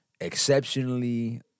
exceptionally